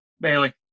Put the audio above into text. Bailey